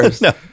no